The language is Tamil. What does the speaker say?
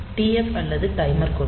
TF அல்லது டைமர் கொடி